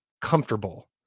comfortable